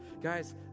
Guys